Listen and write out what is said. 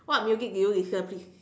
what music do you listen to please